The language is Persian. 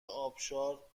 ابشار